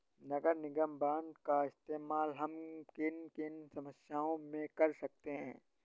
नगर निगम बॉन्ड का इस्तेमाल हम किन किन समस्याओं में कर सकते हैं?